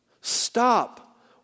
Stop